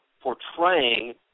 portraying